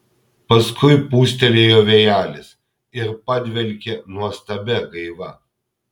paskui pūstelėjo vėjelis ir padvelkė nuostabia gaiva